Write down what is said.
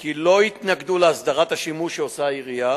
כי לא יתנגדו להסדרת השימוש שעושה העירייה